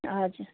हजुर